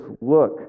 look